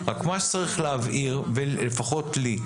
רק מה שצריך להבהיר לפחות לי,